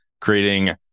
creating